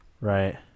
right